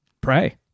pray